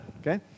Okay